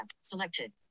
selected